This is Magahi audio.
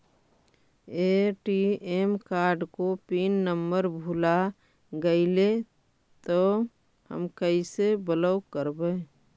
ए.टी.एम कार्ड को पिन नम्बर भुला गैले तौ हम कैसे ब्लॉक करवै?